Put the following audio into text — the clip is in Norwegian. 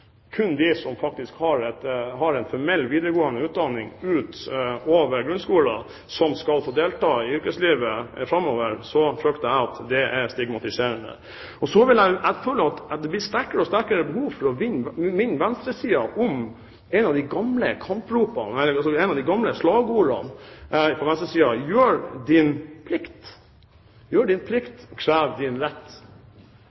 kun er de som faktisk har en formell videregående utdanning utover grunnskolen, som skal få delta i yrkeslivet framover, så frykter jeg at det er stigmatiserende. Så føler jeg et sterkere og sterkere behov for å minne venstresiden om et av de gamle slagordene fra venstresiden: «Gjør din plikt, krev din